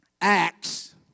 Acts